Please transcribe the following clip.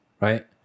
Right